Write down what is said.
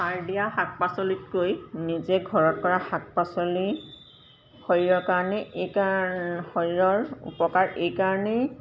সাৰ দিয়া শাক পাচলিতকৈ নিজে ঘৰত কৰা শাক পাচলি শৰীৰৰ কাৰণে এই শৰীৰৰ উপকাৰ এইকাৰণেই